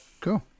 cool